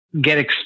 get